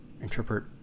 interpret